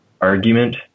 argument